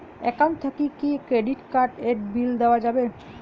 Account থাকি কি credit card এর বিল দেওয়া যাবে?